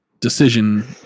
decision